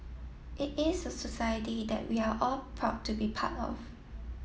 it is a society that we are all proud to be part of